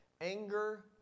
anger